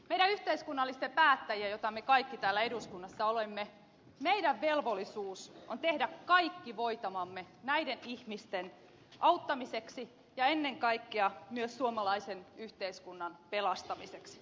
meidän yhteiskunnallisten päättäjien joita me kaikki täällä eduskunnassa olemme velvollisuus on tehdä kaikki voitavamme näiden ihmisten auttamiseksi ja ennen kaikkea myös suomalaisen yhteiskunnan pelastamiseksi